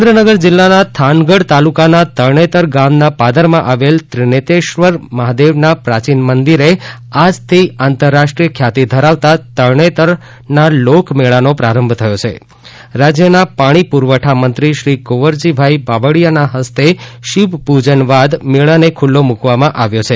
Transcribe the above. સુરેન્દ્રનગર જિલ્લાના થાનગઢ તાલુકાના તરણેતર ગામના પાદરમાં આવેલ ત્રિનેત્રેશ્વર મહાદેવના પ્રાચીન મંદિરે આજથી આંતરરાષ્ટ્રીય ખ્યાતિ ધરાવતા તરણેતરના લોકમેળાનો પ્રારંભ થયો છે રાજ્યના પાણી પુરવઠા મંત્રી શ્રી કુંવરજીભાઇ બાવળીયા ના હસ્તે શિવ પ્રજન બાદ મેળાને ખુલ્લો મુકવામાં આવ્યો છે